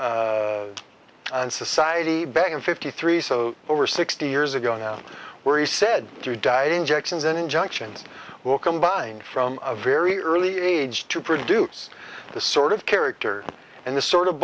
and society back in fifty three so over sixty years ago now where he said he died injections in injunctions were combined from a very early age to produce the sort of character and the sort of